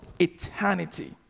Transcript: eternity